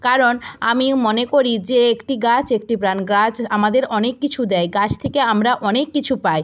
কারণ আমি মনে করি যে একটি গাছ একটি প্রাণ গাছ আমাদের অনেক কিছু দেয় গাছ থেকে আমরা অনেক কিছু পাই